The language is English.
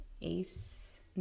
ace